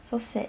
so sad